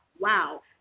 Wow